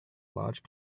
large